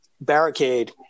barricade